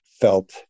felt